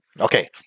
Okay